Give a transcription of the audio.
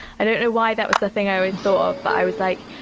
i don't know why that was the thing i always thought of, but i was like,